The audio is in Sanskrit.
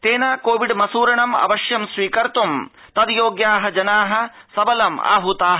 तेन कोवि मसूरणम अवश्यं स्वीकर्तम तद योग्याः जनाः सबलम आहताः